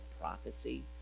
prophecy